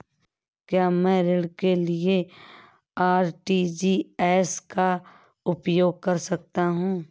क्या मैं ऋण भुगतान के लिए आर.टी.जी.एस का उपयोग कर सकता हूँ?